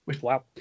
Wow